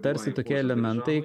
tarsi tokie elementai